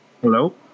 Hello